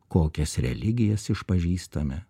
kokias religijas išpažįstame